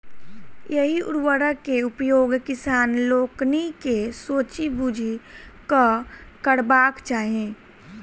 एहि उर्वरक के उपयोग किसान लोकनि के सोचि बुझि कअ करबाक चाही